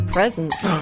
Presents